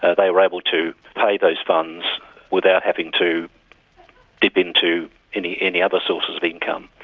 ah they were able to pay those funds without having to dip into any any other sources of income.